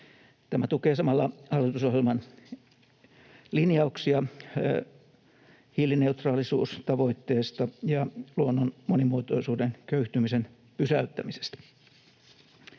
Tämä tukee samalla hallitusohjelman linjauksia hiilineutraalisuustavoitteesta ja luonnon monimuotoisuuden köyhtymisen pysäyttämisestä.